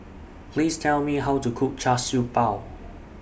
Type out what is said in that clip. Please Tell Me How to Cook Char Siew Bao